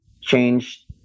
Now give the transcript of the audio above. change